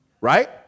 right